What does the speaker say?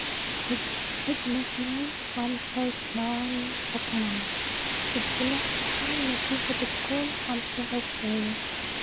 خمس وتماني و اتناش إذ جمعتها النتيجة بتكون خمس وعشرين.